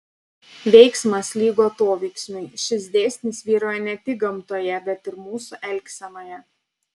veiksmas lygu atoveiksmiui šis dėsnis vyrauja ne tik gamtoje bet ir mūsų elgsenoje